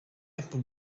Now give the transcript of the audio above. apple